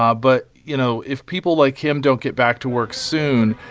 ah but, you know, if people like him don't get back to work soon,